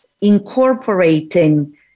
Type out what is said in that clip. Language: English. incorporating